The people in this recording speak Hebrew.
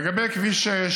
לגבי כביש 6,